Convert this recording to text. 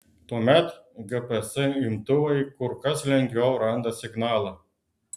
tuomet gps imtuvai kur kas lengviau randa signalą